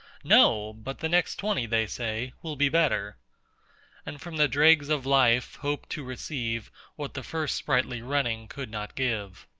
no! but the next twenty, they say, will be better and from the dregs of life, hope to receive what the first sprightly running could not give.